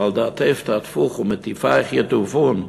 "על דאטפת אטפוך וסוף מטיפייך יטופון"